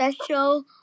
special